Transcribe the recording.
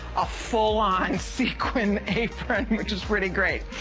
a full on sequined apron which is really great.